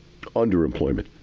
underemployment